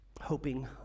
Hoping